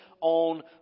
on